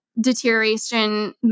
deterioration